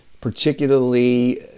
particularly